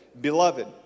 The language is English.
Beloved